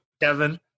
Kevin